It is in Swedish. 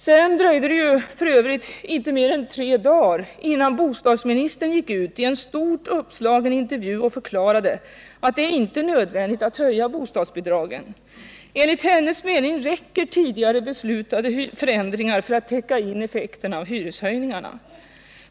Sedan dröjde det f. ö. inte mer än tre dagar innan bostadsministern gick ut i en stort uppslagen intervju och förklarade att det inte är nödvändigt att höja bostadsbidragen. Enligt hennes mening räcker tidigare beslutade förändringar för att täcka in effekterna av hyreshöjningarna.